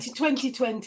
2020